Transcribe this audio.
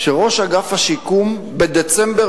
שראש אגף השיקום מסיים בדצמבר